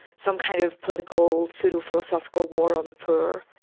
some kind of political, pseudo-philosophical war on the poor,